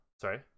sorry